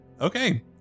Okay